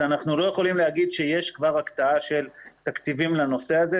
אנחנו לא יכולים לומר שיש כבר הקצאה של תקציבים לנושא הזה.